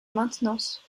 maintenance